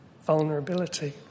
vulnerability